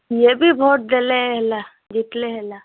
ଯିଏ ବି ଭୋଟ ଦେଲେ ହେଲା ଜିତିଲେ ହେଲା